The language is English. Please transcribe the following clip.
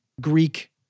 Greek